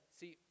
see